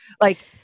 Like-